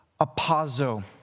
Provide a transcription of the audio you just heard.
Apazo